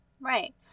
right